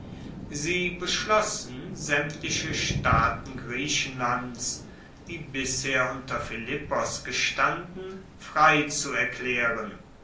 sie beschlossen saemtliche staaten griechenlands die bisher unter philippos gestanden frei zu erklaeren